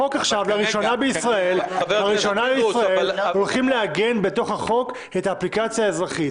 לראשונה בישראל הולכים לעגן בחוק את האפליקציה האזרחית